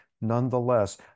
nonetheless